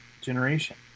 generation